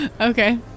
Okay